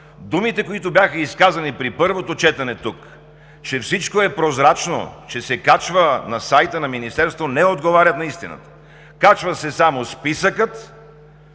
Думите, които бяха изказани тук при първото четене, че всичко е прозрачно, че се качва на сайта на Министерството, не отговарят на истината. Качва се само списъкът,